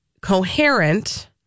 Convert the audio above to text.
coherent